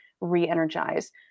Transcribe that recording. re-energize